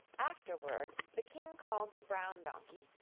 afterward the king called the brown donkey,